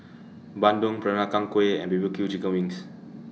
Bandung Peranakan Kueh and B B Q Chicken Wings